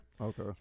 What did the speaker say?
Okay